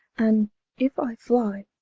and if i flye,